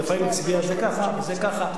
ולפעמים הצביע זה ככה וזה ככה.